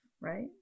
right